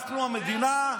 אנחנו המדינה.